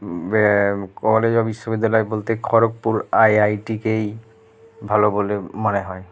ব্যা কলেজ বা বিশ্ববিদ্যালয় বলতে খড়গপুর আই আই টিকেই ভালো বলে মনে হয়